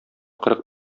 кырык